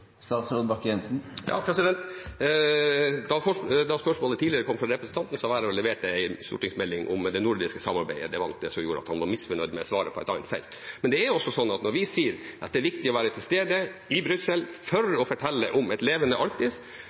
Da spørsmålet kom fra representanten, var det i forbindelse med en stortingsmelding om det nordiske samarbeidet. Det var nok det som gjorde at han var misfornøyd med svaret på et annet felt. Det er også slik at når vi sier at det er viktig å være til stede i Brussel for å fortelle om et levende Arktis,